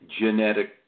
genetic